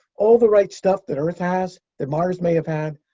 all the right stuff that earth has, that mars may have had,